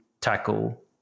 tackle